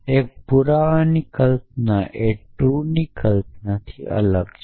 એક પુરાવાની કલ્પના એ ટ્રૂની કલ્પનાથી અલગ છે